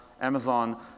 Amazon